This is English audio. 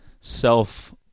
self